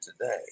today